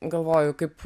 galvoju kaip